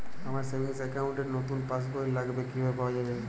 আমার savings account র নতুন পাসবই লাগবে কিভাবে পাওয়া যাবে?